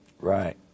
right